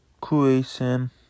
creation